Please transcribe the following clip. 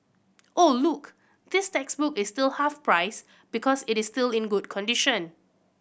oh look this textbook is still half price because it is still in good condition